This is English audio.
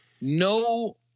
no